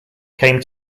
came